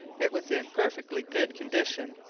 it was in perfectly good condition,